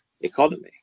economy